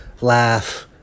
laugh